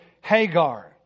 Hagar